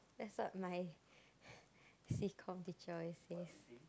that's what my C-Comm teacher always say